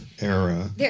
era